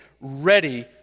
ready